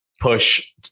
push